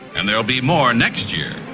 and there'll be more next year,